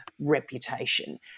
reputation